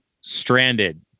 stranded